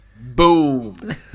Boom